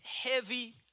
heavy